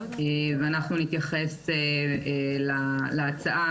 אנחנו נתייחס להצעה,